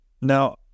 now